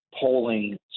polling